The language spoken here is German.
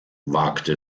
wagte